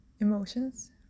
emotions